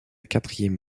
quatrième